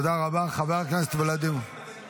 תודה רבה, חבר הכנסת ולדימיר.